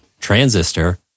transistor